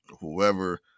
whoever –